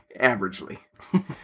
averagely